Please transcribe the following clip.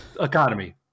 economy